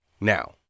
now